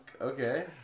okay